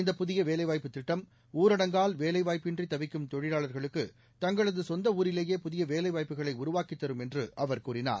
இந்த புதிய வேலைவாய்ப்புத் திட்டம் ஊரடங்கால் வேலைவாய்ப்பின்றி தவிக்கும் தொழிலாளர்களுக்கு தங்களது சொந்த ஊரிலேயே புதிய வேலைவாய்ப்புகளை உருவாக்கித் தரும் என்று அவர் கூறினார்